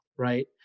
Right